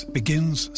begins